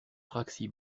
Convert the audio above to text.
praxi